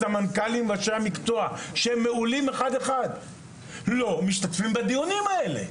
הסמנכ"לים וראשי המקצוע המעולים לא משתתפים בדיונים האלה.